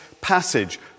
passage